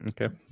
Okay